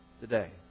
today